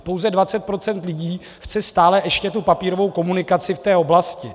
Pouze 20 % lidí chce stále ještě tu papírovou komunikaci v té oblasti.